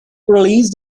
released